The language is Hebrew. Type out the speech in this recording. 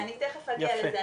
נכון, אני תיכף אגיע לזה.